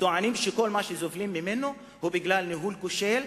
וטוענים שכל מה שסובלים ממנו הוא בגלל ניהול כושל,